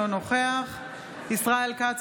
אינו נוכח ישראל כץ,